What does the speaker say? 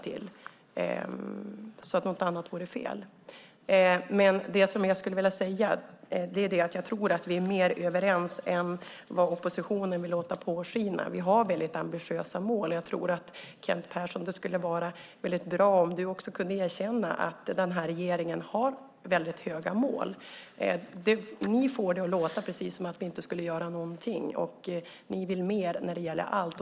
Att säga något annat vore fel. Det jag skulle vilja säga är att jag tror att vi är mer överens än oppositionen vill låta påskina. Vi har väldigt ambitiösa mål. Det skulle vara väldigt bra om också du, Kent Persson, ville erkänna att den här regeringen har väldigt höga mål. Ni får det att låta som om vi inte gör någonting när vi i själva verket vill mer när det gäller allt.